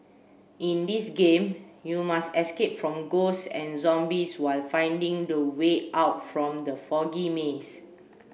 in this game you must escape from ghosts and zombies while finding the way out from the foggy maze